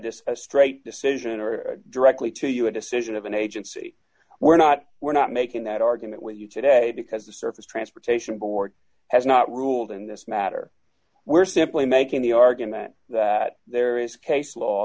this a straight decision or directly to you a decision of an agency we're not we're not making that argument with you today because the surface transportation board has not ruled in this matter we're simply making the argument that there is case law